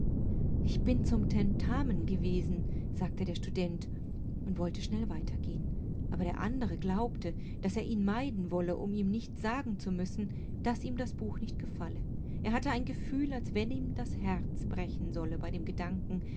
ich bin zum tentamen gewesen sagte der student und wollte schnell weitergehen aber der andere glaubte daß er ihn meiden wolle um ihm nicht sagen zu müssen daßihmdasbuchnichtgefalle erhatteeingefühl alswennihmdas herz brechen solle bei dem gedanken